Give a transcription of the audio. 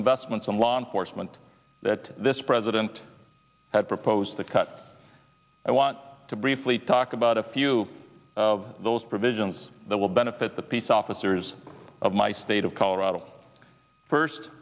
investments in law enforcement that this president has proposed to cut i want to briefly talk about a few of those provisions that will benefit the peace officers of my state of colorado first